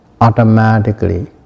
automatically